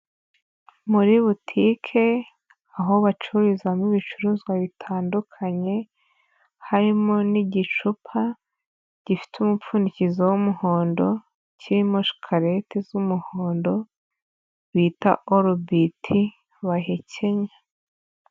Muri butike, aho bacururizamo ibicuruzwa bitandukanye, harimo n'igicupa, gifite umupfundikizo w'umuhondo, kirimo shikarete z'umuhondo, bita orubiti, bahekenya.